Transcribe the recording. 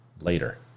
later